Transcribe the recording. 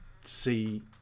see